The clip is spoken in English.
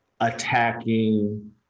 attacking